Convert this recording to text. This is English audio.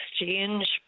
Exchange